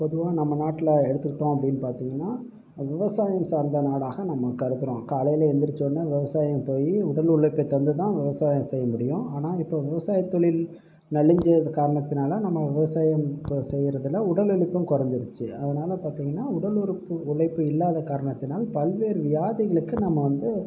பொதுவாக நம் நாட்டில் எடுத்துக்கிட்டோம் அப்படின்னு பார்த்திங்கனா விவசாயம் சார்ந்த நாடாக நம்ப கருதுறோம் காலையில் எந்திரிச்சோடனே விவசாயம் போயி உடல் உழைப்பை தந்து தான் விவசாயம் செய்ய முடியும் ஆனால் இப்போது விவசாயத் தொழில் நலிஞ்ச காரணத்தினால் நம்ம விவசாயம் இப்போது செய்யறதில் உடலுழைப்பும் குறைஞ்சிருச்சு அதனால் பார்த்தீங்கனா உடல் உறுப்பு உழைப்பு இல்லாத காரணத்தினால் பல்வேறு வியாதிகளுக்கு நம்ம வந்து